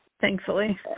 thankfully